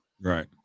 Right